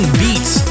beats